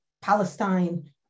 Palestine